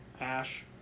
ash